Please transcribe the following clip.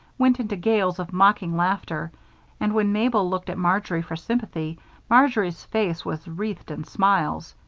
went into gales of mocking laughter and when mabel looked at marjory for sympathy marjory's face was wreathed in smiles.